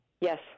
Yes